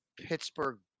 Pittsburgh